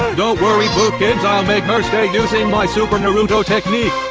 don't worry, boopkins. i'll make her stay using my super naruto technique.